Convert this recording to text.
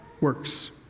works